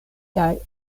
kaj